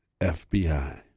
FBI